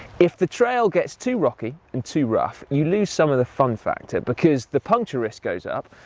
if the trail gets too rocky and too rough, you lose some of the fun factor. because the puncture risk goes up,